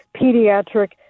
pediatric